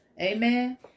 Amen